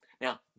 Now